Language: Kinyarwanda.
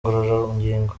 ngororangingo